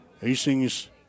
Hastings